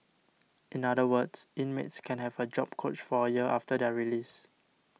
in other words inmates can have a job coach for a year after their release